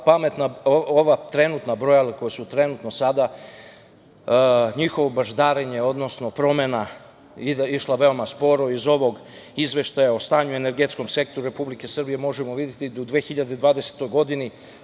ova trenutna brojila koji su trenutno sada njihovo baždarenje, odnosno promena išla veoma sporo iz ovog izveštaja o stanju energetskom sektoru Republike Srbije možemo videti da u 2020. godini,